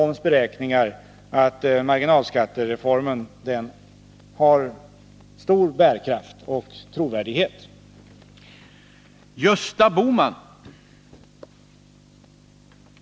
Marginalskattereformen har stor bärkraft och trovärdighet, även sett från denne ekonoms beräkningar.